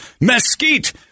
Mesquite